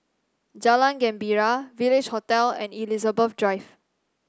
Jalan Gembira Village Hotel and Elizabeth Drive